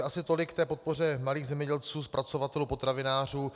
Asi tolik k podpoře malých zemědělců, zpracovatelů, potravinářů.